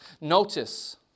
Notice